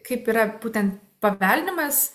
kaip yra būten paveldimas